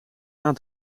aan